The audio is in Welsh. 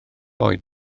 oed